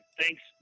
Thanks